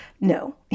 No